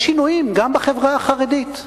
יש שינויים גם בחברה החרדית,